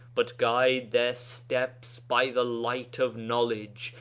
but guide their steps by the light of knowledge,